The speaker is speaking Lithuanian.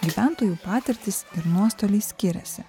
gyventojų patirtys ir nuostoliai skiriasi